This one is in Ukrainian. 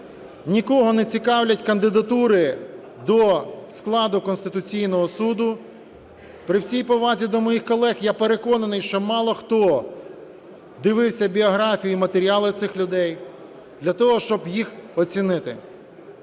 Нікого не цікавлять кандидатури до складу Конституційного Суду. При всій повазі до моїх колег, я переконаний, що мало хто дивився біографії і матеріали цих людей для того, щоб їх оцінити.